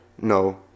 No